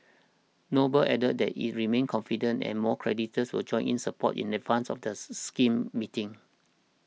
noble added that it remains confident and more creditors will join in support in advance of the scheme meetings